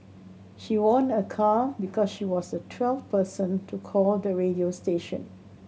she won a car because she was the twelfth person to call the radio station